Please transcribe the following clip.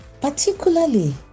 particularly